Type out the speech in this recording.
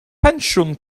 pensiwn